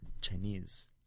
Chinese